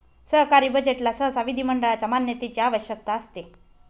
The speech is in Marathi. सरकारी बजेटला सहसा विधिमंडळाच्या मान्यतेची आवश्यकता असते